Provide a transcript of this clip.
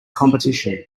competition